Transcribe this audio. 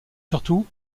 surtout